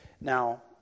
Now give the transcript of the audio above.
Now